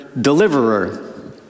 Deliverer